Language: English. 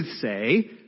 say